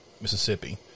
Mississippi